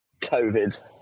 COVID